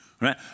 right